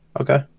Okay